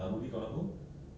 jepun punya orang